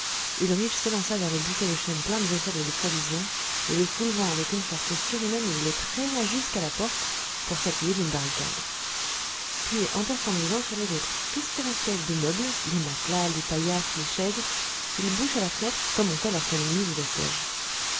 ulrich s'élança vers le buffet de chêne plein de vaisselle et de provisions et le soulevant avec une force surhumaine il le traîna jusqu'à la porte pour s'appuyer d'une barricade puis entassant les uns sur les autres tout ce qui restait de meubles les matelas les paillasses les chaises il boucha la fenêtre comme on fait lorsqu'un ennemi vous assiège